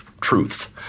truth